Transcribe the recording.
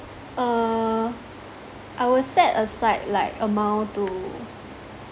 uh I will set aside like amount to